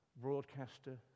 broadcaster